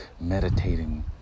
meditating